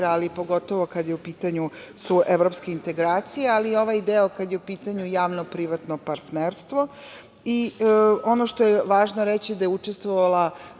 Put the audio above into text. ali pogotovo kada su u pitanju evropske integracije, ali i ovaj deo kada je u pitanju javno-privatno partnerstvo. Ono što je važno reći je da je učestvovala